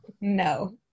No